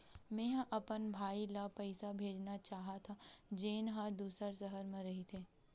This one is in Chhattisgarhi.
मेंहा अपन भाई ला पइसा भेजना चाहत हव, जेन हा दूसर शहर मा रहिथे